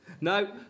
No